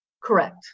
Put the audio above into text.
Correct